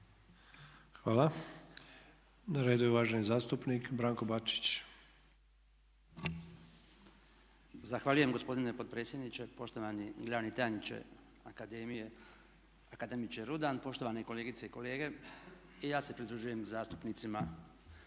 Hvala. Na redu je uvaženi zastupnik Branko Bačić. **Bačić, Branko (HDZ)** Zahvaljujem gospodine potpredsjedničke, poštovani glavni tajniče akademije akademiče Rudan, poštovane kolegice i kolege i ja se pridružujem zastupnicima